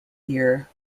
year